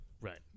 Right